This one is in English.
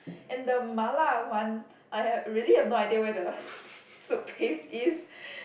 and the Mala one I had really have no idea where the soup paste is